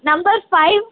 number five